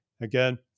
Again